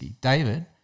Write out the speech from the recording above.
David